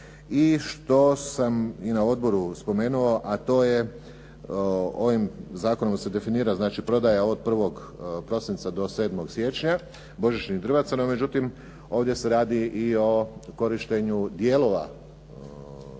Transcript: i što sam i na odboru spomenuo, a to je ovim zakonom se definira i prodaja od 1. prosinca do 7. siječnja božićnih drvaca. No međutim, ovdje se radi i o korištenju dijelova biljaka